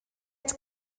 its